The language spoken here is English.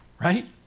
right